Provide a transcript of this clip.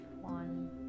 one